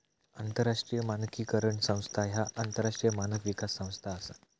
आंतरराष्ट्रीय मानकीकरण संस्था ह्या आंतरराष्ट्रीय मानक विकास संस्था असा